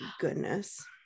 goodness